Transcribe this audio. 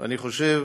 ואני חושב